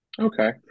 Okay